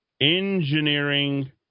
engineering